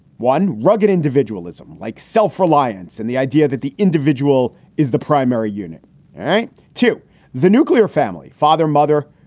one, rugged individualism like self-reliance and the idea that the individual is the primary unit right to the nuclear family. father, mother,